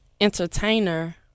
entertainer